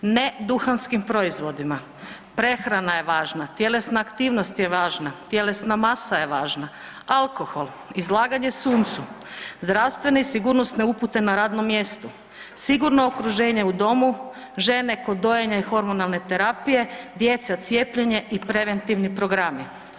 Ne duhanskim proizvodima, prehrana je važna, tjelesna aktivnost je važna, tjelesna masa je važna, alkohol, izlaganje suncu, zdravstvene i sigurnosne upute na radnom mjestu, sigurno okruženje u domu, žene kod dojenja i hormonalne terapije, djeca cijepljenje i preventivni programi.